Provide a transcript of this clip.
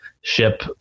ship